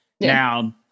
now